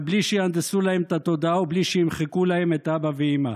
אבל בלי שיהנדסו להם את התודעה ובלי שימחקו להם את אבא ואימא.